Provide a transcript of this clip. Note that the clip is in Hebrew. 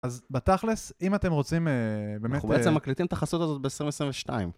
אז בתכלס, אם אתם רוצים באמת... אנחנו בעצם מקליטים את החסות הזאת ב 2022